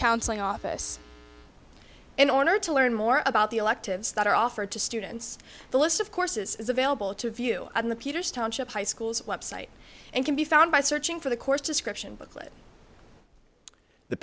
counseling office in order to learn more about the electives that are offered to students the list of courses is available to view on the peters township high school's website and can be found by searching for the course description b